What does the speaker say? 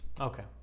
Okay